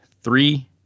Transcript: three